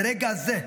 ברגע זה,